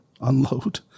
unload